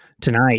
tonight